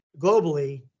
globally